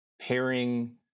pairing